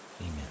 Amen